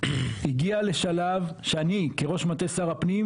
הגיעה לשלב שאני כראש מטה שר הפנים,